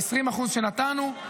ה-20% שנתנו,